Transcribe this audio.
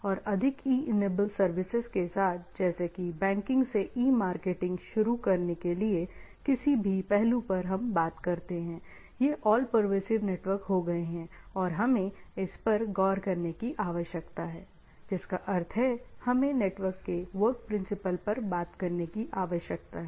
और अधिक e enable services के साथ जैसे कि बैंकिंग से ई मार्केटिंग शुरू करने के लिए किसी भी पहलू पर हम बात करते हैंये ऑल परवेसिव नेटवर्क हो गए हैं और हमें इस पर गौर करने की आवश्यकता है जिसका अर्थ है हमें नेटवर्क के वर्क प्रिंसिपल पर बात करने की आवश्यकता है